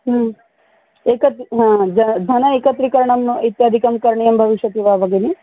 एकदा हा जनाः धनम् एकत्रीकरणम् इत्यादिकं करणीयं भविष्यति वा भगिनी